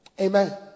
amen